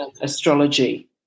astrology